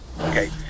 okay